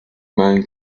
man